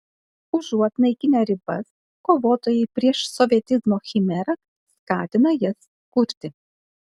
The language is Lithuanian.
užuot naikinę ribas kovotojai prieš sovietizmo chimerą skatina jas kurti